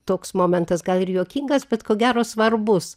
toks momentas gal ir juokingas bet ko gero svarbus